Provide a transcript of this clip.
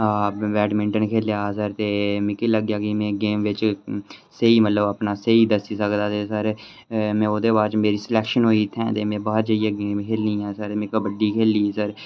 में बैडमिंटन खेढेआ ते मिगी लग्गेआ के में गेम बिच स्हेई मतलब अपना स्हेई दस्सी सकदा ते सर ते ओह्दे बाद च मेरी स्लैक्शन होई उत्थें ते में बाहर जाइयै में गेमां खेढी दियां में कबड्डी खेढी दी सर